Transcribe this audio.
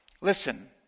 Listen